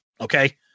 Okay